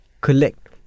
collect